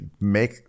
make